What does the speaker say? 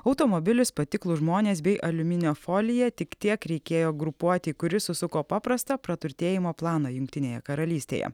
automobilis patiklūs žmonės bei aliuminio folija tik tiek reikėjo grupuotei kuri susuko paprastą praturtėjimo planą jungtinėje karalystėje